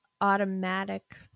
automatic